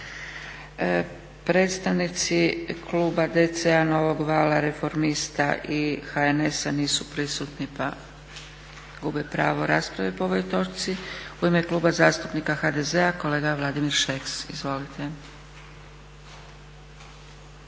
Predstavnici kluba DC-a, Novog vala, Reformista i HNS-a nisu prisutni pa gube pravo rasprave po ovoj točci. U ime kluba zastupnika HDZ-a kolega Vladimir Šeks. Izvolite.